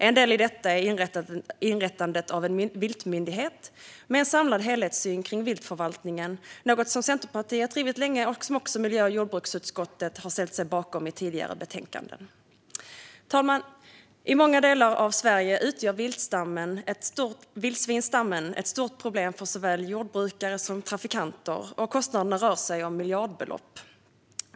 En del i detta är inrättandet av en viltmyndighet med en samlad helhetssyn kring viltförvaltningen. Det är en fråga som Centerpartiet drivit länge och som också miljö och jordbruksutskottet har ställt sig bakom i tidigare betänkanden. Fru talman! I många delar av Sverige utgör vildsvinsstammen ett stort problem för såväl jordbrukare som trafikanter, och kostnaderna är stora - det handlar om miljardbelopp.